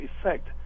effect